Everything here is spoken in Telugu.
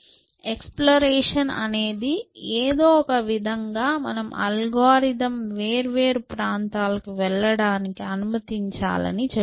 ఎక్సప్లోరేషన్ అనేది ఏదో ఒక విధంగా మన అల్గోరిథం వేర్వేరు ప్రాంతాలకు వెళ్ళడానికి అనుమతించాలని చెబుతుంది